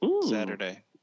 Saturday